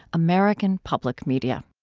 american public media